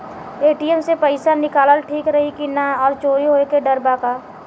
ATM से पईसा निकालल ठीक रही की ना और चोरी होये के डर बा का?